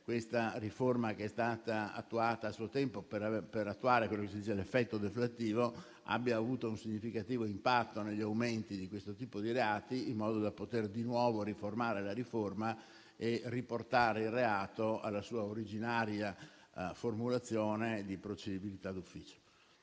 questa riforma, attuata a suo tempo per realizzare quello che di definisce l'effetto deflattivo, abbia avuto un significativo impatto negli aumenti di questo tipo di reati, in modo da poter di nuovo riformare la norma e riportare il reato alla sua originaria formulazione di procedibilità d'ufficio.